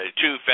two